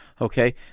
Okay